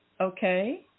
Okay